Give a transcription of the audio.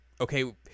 okay